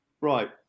Right